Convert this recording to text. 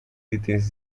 itens